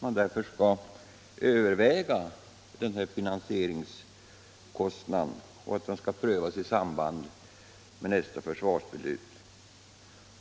därför att finansieringsfrågan bör övervägas ytterligare och förordar att den prövas i samband med nästa försvarsbeslut.